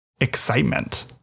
Excitement